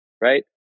right